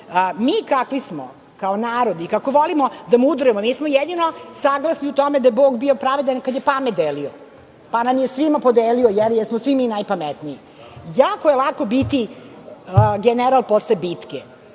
Mi kakvi smo kao narod i kako volimo da mudrujemo, mi smo jedino saglasni u tome da je Bog bio pravedan kad je pamet delio, pa nam je svima podelio, je li, jer smo svi mi najpametniji. Jako je lako biti general posle bitke